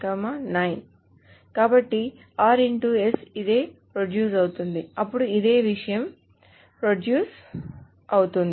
కాబట్టి ఇదే ప్రొడ్యూస్ అవుతుంది అప్పుడు అదే విషయం ప్రొడ్యూస్ అవుతుంది